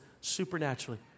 supernaturally